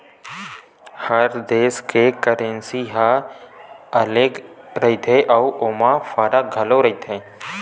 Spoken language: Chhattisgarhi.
हर देस के करेंसी ह अलगे रहिथे अउ ओमा फरक घलो रहिथे